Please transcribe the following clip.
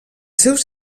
seus